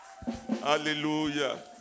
Hallelujah